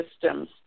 systems